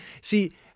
See